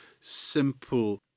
simple